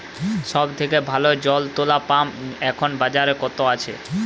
সব থেকে ভালো জল তোলা পাম্প এখন বাজারে কত আছে?